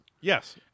Yes